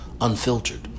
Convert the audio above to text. unfiltered